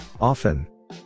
Often